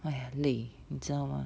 !aiya! 累你知道吗